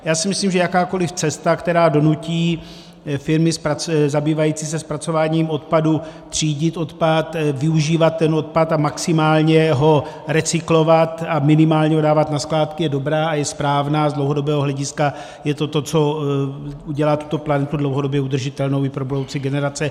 Já si myslím, že jakákoliv cesta, která donutí firmy zabývající se zpracováním odpadu třídit odpad, využívat ten odpad a maximálně ho recyklovat a minimálně ho dávat na skládky, je dobrá, je správná a z dlouhodobého hlediska je to to, co udělá tuto planetu dlouhodobě udržitelnou i pro budoucí generace.